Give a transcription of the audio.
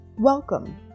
Welcome